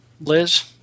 Liz